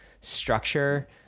structure